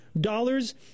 dollars